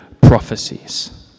prophecies